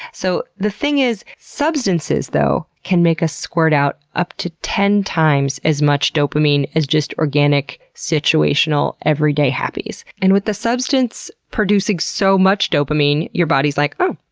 so the thing is, substances, though, can make us squirt out up to ten times as much dopamine as just organic situational every day happies. and with the substance producing so much dopamine, your body's like, oh.